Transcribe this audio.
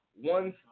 one